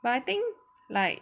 but I think like